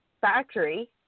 factory